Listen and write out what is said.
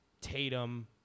Tatum